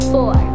Four